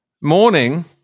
morning